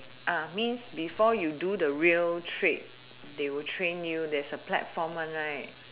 I means before you do the real trade they will train you there's a platform one right